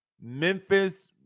Memphis